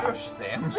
sam